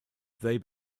they